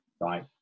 Right